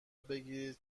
بگیرید